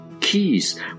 keys